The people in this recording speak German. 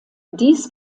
dies